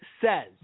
says